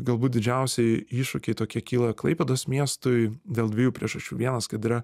galbūt didžiausi iššūkiai tokie kyla klaipėdos miestui dėl dviejų priežasčių vienas kad yra